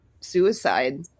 suicide